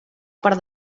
per